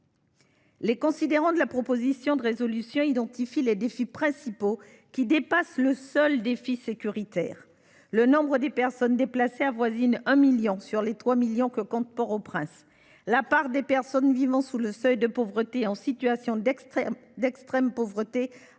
Les considérants de la proposition de résolution identifient les défis principaux qu’affronte Haïti, au delà du défi sécuritaire. Le nombre des personnes déplacées avoisine 1 million, sur les 3 millions que compte Port au Prince. La part des personnes vivant sous le seuil de pauvreté, en situation d’extrême pauvreté,